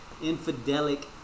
infidelic